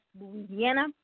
Louisiana